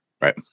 Right